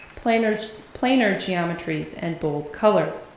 planar planar geometries, and bold color.